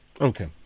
Okay